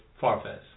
Farfes